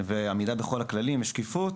תוך עמידה בכל הכללים ותוך שקיפות.